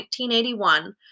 1981